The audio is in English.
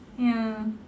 ya